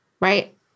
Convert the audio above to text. right